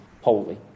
holy